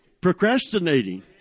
procrastinating